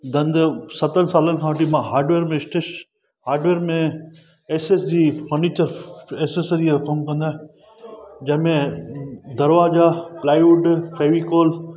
धंधो सतरहनि सालनि खां वठी हार्डवेयर में स्टे हार्डवेयर में S S G furniture accessory जो कमु कंदो आहियां जंहिंमें दरवाज़ा प्लाईवुड फैवीकॉल